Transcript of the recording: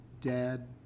dad